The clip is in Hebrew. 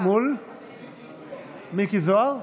מול מיקי זוהר.